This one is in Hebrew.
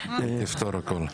יפתור הכול.